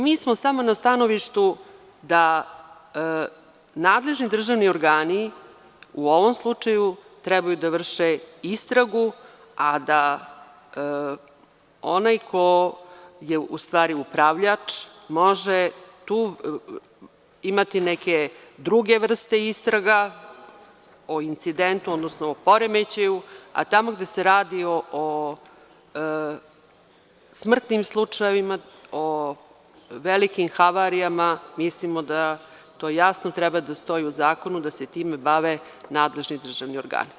Mi smo samo na stanovištu da nadležni državni organi u ovom slučaju trebaju da vrše istragu, a da onaj ko je u stvari upravljač može tu imati neke druge vrste istraga o incidentu, odnosno o poremećaju, a tamo gde se radi o smrtnim slučajevima, o velikim havarijama, mislimo da to jasno treba da stoji u zakonu da se time bave nadležni državni organi.